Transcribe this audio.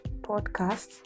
podcast